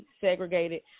segregated